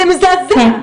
זה מזעזע.